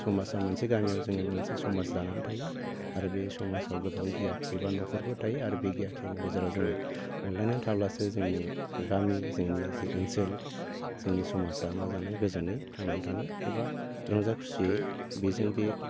समाजाव मोनसे गामियाव जोङो मोनसे समाज दानानै थायो आरो बे समाजाव गोबां गियाथि बा न'खरफोर थायो आरो बे गियाथिनि गेजेराव जोङो अनलायनानै थाब्लासो जोंनि गामि जोंनि जि ओनसोल जोंनि समाजा मोजाङै गोजोनै थांनानै थानो एबा रंजा खुसियै बेजों बे